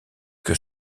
que